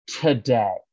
today